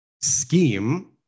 scheme